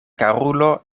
karulo